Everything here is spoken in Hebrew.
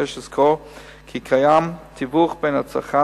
יש לזכור כי קיים תיווך בין הצרכן